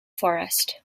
forest